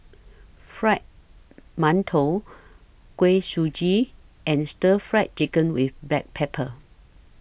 Fried mantou Kuih Suji and Stir Fried Chicken with Black Pepper